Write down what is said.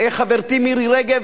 חברתי מירי רגב,